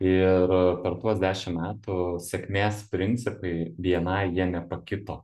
ir per tuos dešim metų sėkmės principai bni jie nepakito